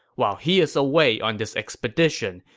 while he is away on this expedition,